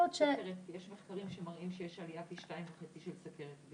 יש מחקרים שמראים שיש עליה פי 2.5 של סכרת.